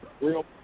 real